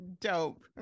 Dope